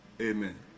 amen